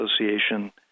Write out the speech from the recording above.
Association